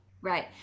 Right